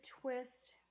twist